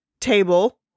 table